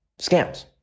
scams